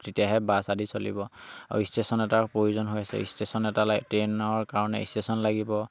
তেতিয়াহে বাছ আদি চলিব আৰু ষ্টেশ্যন এটাৰ প্ৰয়োজন হৈ আছে ষ্টেশ্যন এটা লাগে ট্ৰেইনৰ কাৰণে ষ্টেশ্যন লাগিব